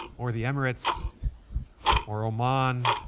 or the emirates or oman,